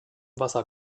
wasser